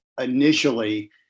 initially